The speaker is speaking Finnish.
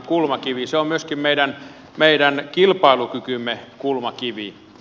se on myöskin meidän kilpailukykymme kulmakivi